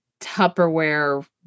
Tupperware